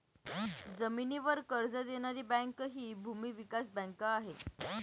जमिनीवर कर्ज देणारी बँक हि भूमी विकास बँक आहे